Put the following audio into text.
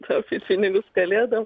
taupyt pinigus kalėdom